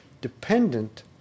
dependent